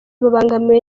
babangamiwe